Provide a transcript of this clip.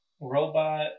robot